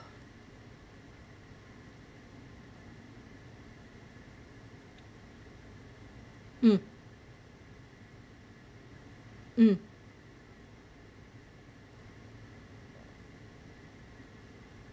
um um